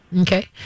Okay